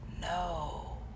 no